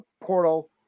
portal